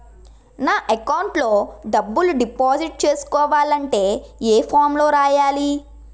నా అకౌంట్ లో డబ్బులు డిపాజిట్ చేసుకోవాలంటే ఏ ఫామ్ లో రాయాలి?